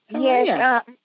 Yes